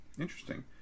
interesting